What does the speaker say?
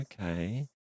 okay